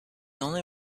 only